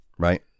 right